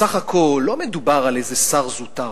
בסך הכול לא מדובר על איזה שר זוטר,